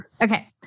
Okay